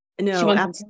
No